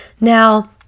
Now